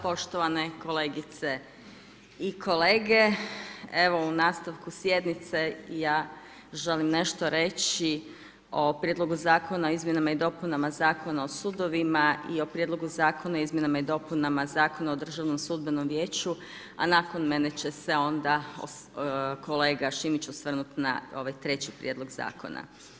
Poštovane kolegice i kolege, evo u nastavku sjednice i ja želim nešto reći o Prijedlogu zakona o izmjenama i dopunama zakona o sudovima i o Prijedlog zakona o izmjenama i dopunama zakona o državnom sudbenom vijeću, a nakon mene će se onda kolega Šimić osvrnuti na ovaj treći prijedlog Zakona.